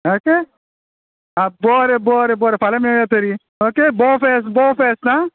okay आं बरें बरें फाल्यां मेळया तरी ओके बो फेस्त बोफेस्त आं